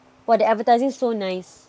!wah! the advertising so nice